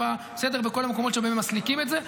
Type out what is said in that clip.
בכל המקומות שבהם הם מסליקים את זה.